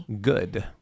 Good